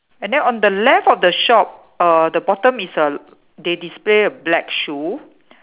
and then on the left of the shop uh the bottom is a they display a black shoe